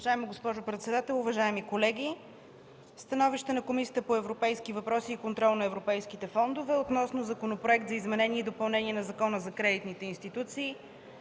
Уважаема госпожо председател, уважаеми колеги! „СТАНОВИЩЕ на Комисията по европейските въпроси и контрол на европейските фондове относно Законопроект за изменение и допълнение на Закона за кредитните институции,